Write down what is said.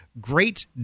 great